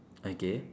okay